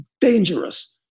dangerous